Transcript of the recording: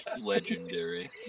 legendary